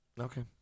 Okay